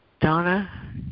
Donna